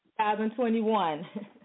2021